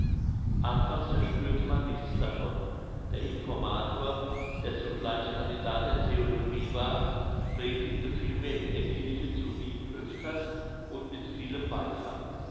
anfangs verspürte man nichts davon der informator der zugleich candidat der theologie war predigte vielmehr in der kirche zu wiek öfters und mit vielem beifall